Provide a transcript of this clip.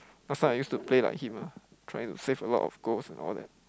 last time I used to play like him ah trying to save a lot of goals and all that